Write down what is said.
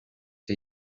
que